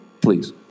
please